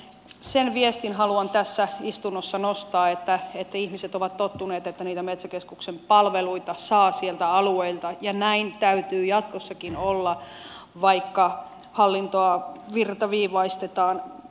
sen viestin haluan tässä istunnossa nostaa että ihmiset ovat tottuneet että niitä metsäkeskuksen palveluita saa sieltä alueilta ja näin täytyy jatkossakin olla vaikka hallintoa virtaviivaistetaan